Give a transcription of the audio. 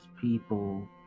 people